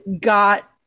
got